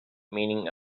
meaning